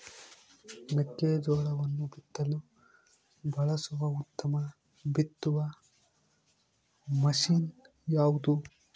ಮೆಕ್ಕೆಜೋಳವನ್ನು ಬಿತ್ತಲು ಬಳಸುವ ಉತ್ತಮ ಬಿತ್ತುವ ಮಷೇನ್ ಯಾವುದು?